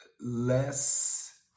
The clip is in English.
less